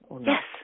Yes